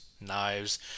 Knives